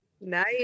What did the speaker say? Nice